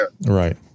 Right